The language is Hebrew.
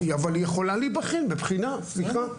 אבל היא יכולה להיבחן בבחינה, סליחה.